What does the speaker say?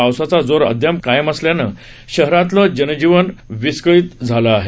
पावसाचा जोर अद्याप कायम असल्यानं शहरातलं जनजीवन विस्कळीत झालं आहे